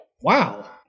Wow